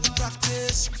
practice